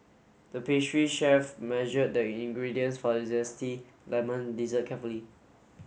the pastry chef measured the ingredients for a zesty lemon dessert carefully